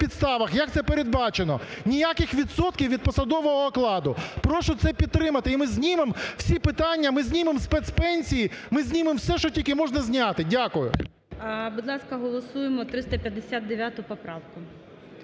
як це передбачено, ніяких відсотків від посадового окладу. Прошу це підтримати і ми знімемо всі питання, ми знімемо спецпенсії, ми знімемо все, що тільки можна зняти. Дякую. ГОЛОВУЮЧИЙ. Будь ласка, голосуємо 359 поправку.